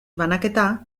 banaketa